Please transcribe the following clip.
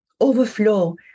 overflow